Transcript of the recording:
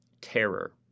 terror